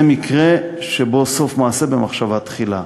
זה מקרה שבו סוף מעשה במחשבה תחילה.